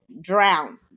drown